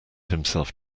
himself